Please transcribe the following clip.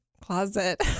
closet